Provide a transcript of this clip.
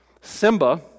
Simba